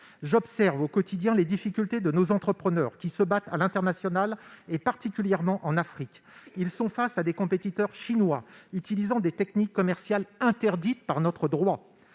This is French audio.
J'observe au quotidien les difficultés de nos entrepreneurs, qui se battent à l'international, et particulièrement en Afrique. Ils sont confrontés à des concurrents chinois utilisant des techniques commerciales interdites par notre droit.